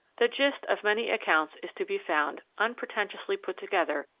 the gist of many accounts is to be found, unpretentiously put together,